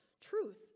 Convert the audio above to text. truth